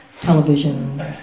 television